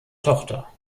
tochter